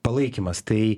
palaikymas tai